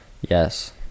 Yes